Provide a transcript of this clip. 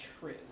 true